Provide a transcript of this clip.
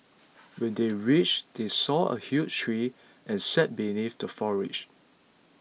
when they reached they saw a huge tree and sat beneath the foliage